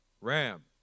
Ram